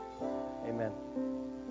amen